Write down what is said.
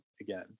again